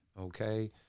okay